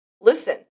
Listen